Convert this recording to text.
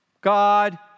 God